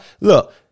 Look